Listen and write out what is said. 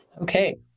Okay